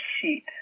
sheet